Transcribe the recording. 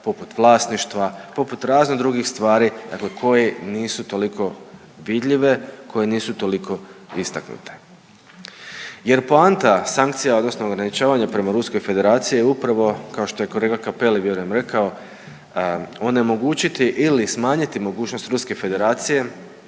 poput vlasništva, poput razno drugih stvari, dakle koje nisu toliko vidljive, koje nisu toliko istaknute? Jer poanta sankcija odnosno ograničavanja prema Ruskoj Federaciji je upravo, kao što je kolega Cappelli vjerujem rekao, onemogućiti ili smanjiti mogućnost Ruske Federacije